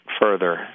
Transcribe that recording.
further